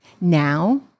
Now